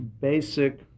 basic